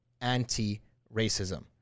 anti-racism